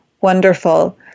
wonderful